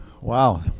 Wow